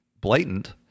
blatant